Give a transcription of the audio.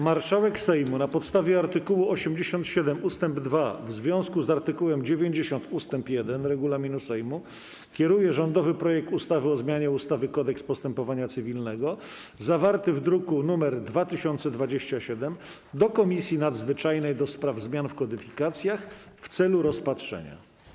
Marszałek Sejmu, na podstawie art. 87 ust. 2 w związku z art. 90 ust. 1 regulaminu Sejmu, kieruje rządowy projekt ustawy o zmianie ustawy - Kodeks postępowania cywilnego, zawarty w druku nr 2027, do Komisji Nadzwyczajnej do spraw zmian w kodyfikacjach w celu rozpatrzenia.